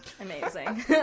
Amazing